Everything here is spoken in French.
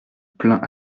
plaint